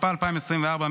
התשפ"ה 2024,